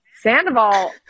Sandoval